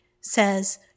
says